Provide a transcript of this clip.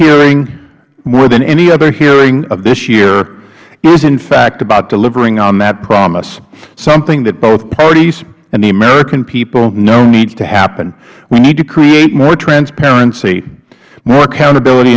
hearing more than any other hearing of this year is in fact about delivering on that promise something that both parties and the american people know need to happen we need to create more transparency more accountability